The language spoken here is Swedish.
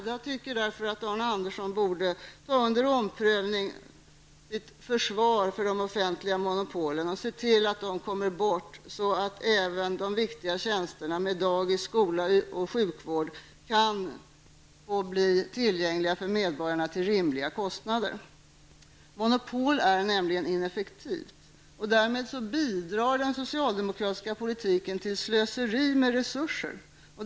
Jag tycker därför att Arne Andersson i Gamleby borde ta sitt försvar för de offentliga monopolen under omprövning och se till att de kommer bort, så att även de viktiga tjänster som dagis, skola och sjukvård utgör kan få bli tillgängliga för medborgarna till rimliga kostnader. Monopol är nämligen ineffektivt. Därmed bidrar den socialdemokratiska politiken till slöseri med resurser.